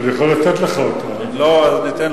חבר הכנסת